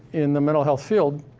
in the mental health field,